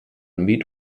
meat